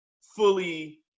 fully